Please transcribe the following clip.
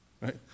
right